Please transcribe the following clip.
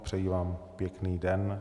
Přeji vám pěkný den.